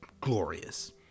glorious